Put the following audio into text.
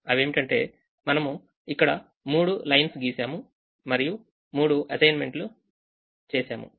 అవేమిటంటే మనము ఇక్కడ 3 లైన్స్ గీశాము మరియు 3 అసైన్మెంట్లు చేశాము